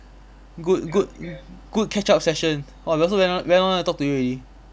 good good good catch up session !wah! we also very long very long never talk to you already